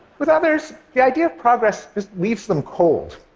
with others, the idea of progress just leaves them cold.